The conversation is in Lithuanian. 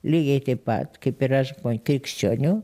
lygiai taip pat kaip ir aš oi krikščionių